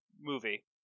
movie